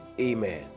Amen